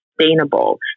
sustainable